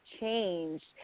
changed